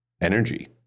energy